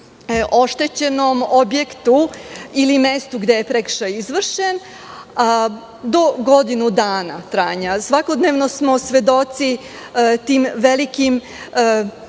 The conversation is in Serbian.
oštećenom objektu ili mestu gde je prekršaj izvršen do godinu dana. Svakodnevno smo svedoci tih velikih